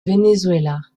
venezuela